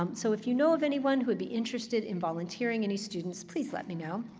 um so if you know of anyone who'd be interested in volunteering any students, please let me know.